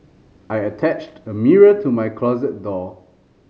I attached a mirror to my closet door